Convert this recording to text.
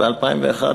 ב-2001,